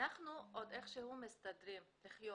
אנחנו עוד איכשהו מסתדרים לחיות,